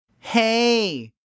Hey